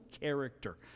character